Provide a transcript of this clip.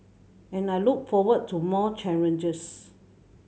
and I look forward to more challenges